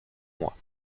moi